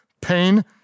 Pain